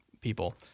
people